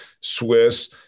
Swiss